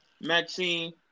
Maxine